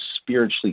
spiritually